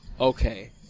okay